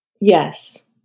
Yes